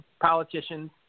politicians